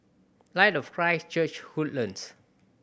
Light of Christ Church Woodlands